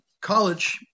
college